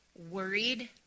Worried